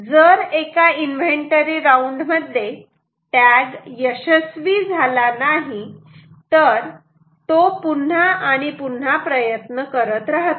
जर एका inventory round मध्ये टॅग यशस्वी झाला नाही तर तो पुन्हा आणि पुन्हा प्रयत्न करत राहतो